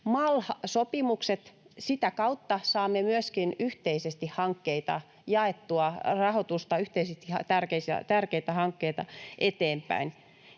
MAL-sopimusten kautta saamme myöskin yhteisesti jaettua rahoitusta ja tärkeitä hankkeita eteenpäin.